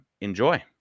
enjoy